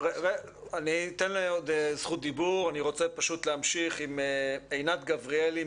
אני רוצה להמשיך עם עינת גבריאלי,